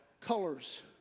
colors